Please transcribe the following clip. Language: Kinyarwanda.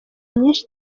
myinshi